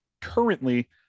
currently